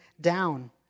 down